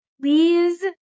Please